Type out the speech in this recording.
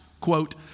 Quote